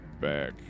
back